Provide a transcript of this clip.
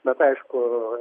bet aišku